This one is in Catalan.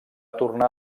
tornar